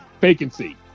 vacancy